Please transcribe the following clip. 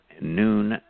noon